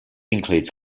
includes